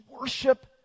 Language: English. worship